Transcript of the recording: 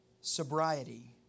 sobriety